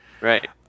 right